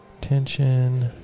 Tension